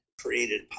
created